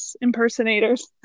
impersonators